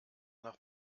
nach